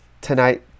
tonight